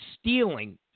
stealing